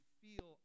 feel